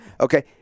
Okay